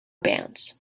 bands